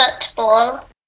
Football